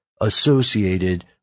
associated